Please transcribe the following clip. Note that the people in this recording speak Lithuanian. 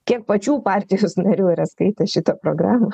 kiek pačių partijos narių yra skaitę šitą programą